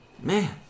man